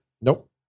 nope